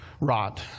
rot